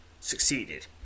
Succeeded